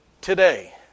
today